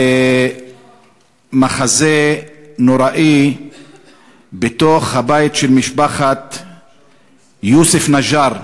למחזה נורא בבית של משפחת א-נג'אר,